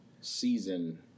season